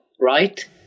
Right